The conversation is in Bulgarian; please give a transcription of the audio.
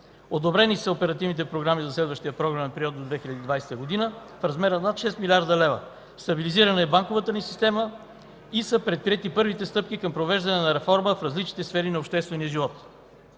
Одобрени са оперативните програми за следващия програмен период до 2020 г. в размер на над 6 млрд. лв. Стабилизирана е банковата ни система и са предприети първите стъпки към провеждане на реформа в различните сфери на обществения живот.